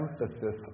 emphasis